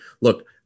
look